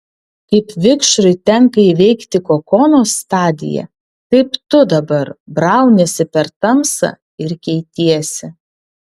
kaip vikšrui tenka įveikti kokono stadiją taip tu dabar brauniesi per tamsą ir keitiesi